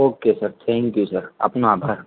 okay sir thank you sir આપનો આભાર